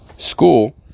school